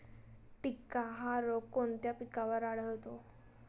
टिक्का हा रोग कोणत्या पिकावर आढळतो?